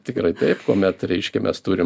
tikrai taip kuomet reiškia mes turim